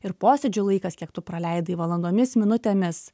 ir posėdžių laikas kiek tu praleidai valandomis minutėmis